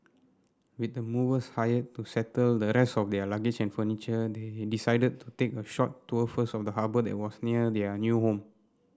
with the movers hired to settle the rest of their luggage and furniture they they decided to take a short tour first of the harbour that was near their new home